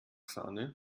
sahne